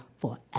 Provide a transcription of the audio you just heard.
forever